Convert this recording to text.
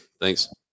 Thanks